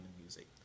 music